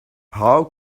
how